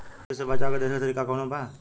का सूंडी से बचाव क देशी तरीका कवनो बा?